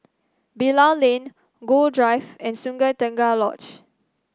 Bilal Lane Gul Drive and Sungei Tengah Lodge